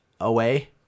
away